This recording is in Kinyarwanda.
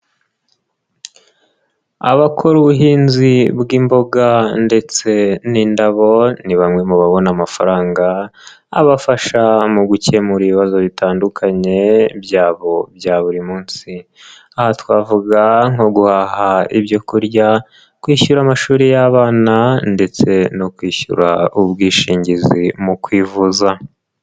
Abakora ubuhinzi bw'imboga ndetse n'indabo, ni bamwe mu babona amafaranga, abafasha mu gukemura ibibazo bitandukanye, byabo bya buri munsi, aha twavuga nko guhaha ibyo kurya, kwishyura amashuri y'abana ndetse no kwishyura ubwishingizi mu kwivuza.